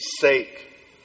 sake